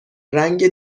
رنگ